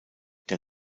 der